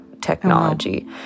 technology